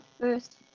first